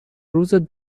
روز